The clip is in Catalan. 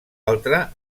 altra